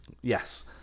Yes